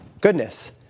Goodness